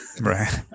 right